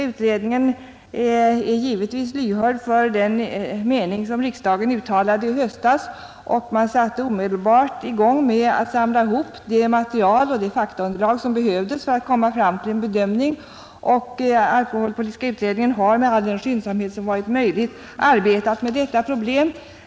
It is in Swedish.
Utredningen är givetvis lyhörd för den mening som riksdagen uttalade i höstas och den satte omedelbart i gång med att samla ihop det material och det faktaunderlag som behövdes för att komma fram till en bedömning. Alkoholpolitiska utredningen har med all den skyndsamhet som varit möjlig arbetat med detta problem.